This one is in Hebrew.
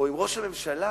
או אם ראש הממשלה